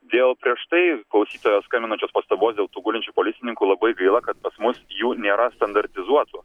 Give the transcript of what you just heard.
dėl prieš tai klausytojo skambinančios pastabos dėl tų gulinčių policininkų labai gaila kad pas mus jų nėra standartizuotų